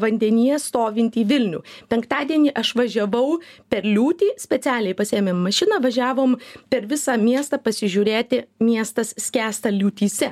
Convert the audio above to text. vandenyje stovintį vilnių penktadienį aš važiavau per liūtį specialiai pasiėmėm mašiną važiavom per visą miestą pasižiūrėti miestas skęsta liūtyse